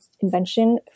invention